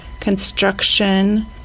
construction